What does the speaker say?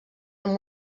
amb